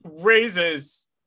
raises